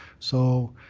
so